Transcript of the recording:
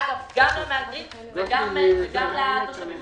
אגב גם למהגרים וגם לתושבים המקומיים.